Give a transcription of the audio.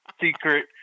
secret